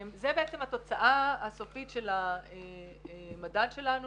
זו התוצאה הסופית של המדד שלנו